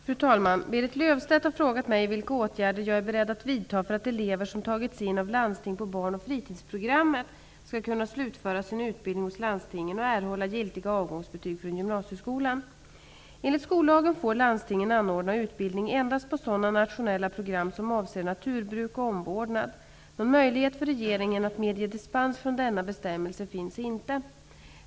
Fru talman! Berit Löfstedt har frågat mig vilka åtgärder jag är beredd att vidta för att elever som tagits in av landsting på Barn och fritidsprogrammet skall kunna slutföra sin utbildning hos landstingen och erhålla giltiga avgångsbetyg från gymnasieskolan. Enligt skollagen får landstingen anordna utbildning endast på sådana nationella program som avser naturbruk och omvårdnad. Någon möjlighet för regeringen att medge dispens från dennna bestämmelse finns inte.